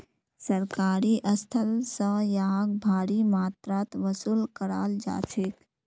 सरकारी स्थल स यहाक भारी मात्रात वसूल कराल जा छेक